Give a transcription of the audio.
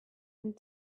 and